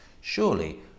Surely